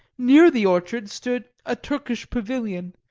near the orchard stood a turkish pavilion,